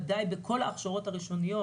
בוודאי בכל ההכשרות הראשוניות,